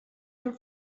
per